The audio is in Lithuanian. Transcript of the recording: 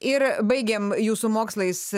ir baigėm jūsų mokslais